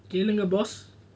கேளுங்க:kelunga boss